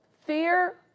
Fear